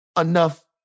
enough